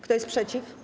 Kto jest przeciw?